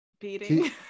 beating